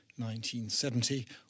1970